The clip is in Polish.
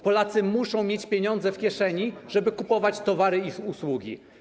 Polacy muszą mieć pieniądze w kieszeni, żeby kupować towary i usługi.